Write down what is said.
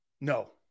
No